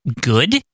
good